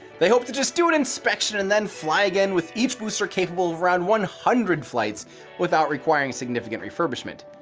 they hope to just do an inspection and then fly again with each booster capable of around one hundred flights without requiring significant refurbishment.